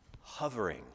hovering